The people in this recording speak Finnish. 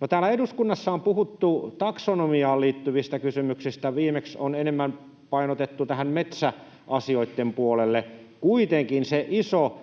No, täällä eduskunnassa on puhuttu taksonomiaan liittyvistä kysymyksistä. Viimeksi on enemmän painotettu tähän metsäasioiden puolelle. Kuitenkin se iso